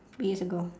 years ago